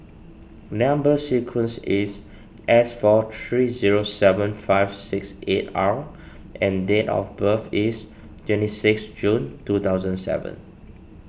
Number Sequence is S four three zero seven five six eight R and date of birth is twenty six June two thousand seven